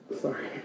Sorry